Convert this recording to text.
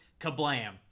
Kablam